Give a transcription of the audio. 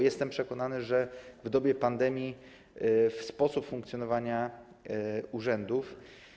Jestem przekonany, że w dobie pandemii sposób funkcjonowania urzędów.